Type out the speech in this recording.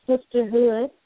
sisterhood